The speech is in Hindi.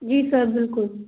जी सर बिल्कुल